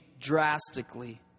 drastically